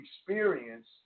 experience